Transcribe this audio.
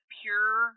pure